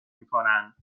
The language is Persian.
میکنن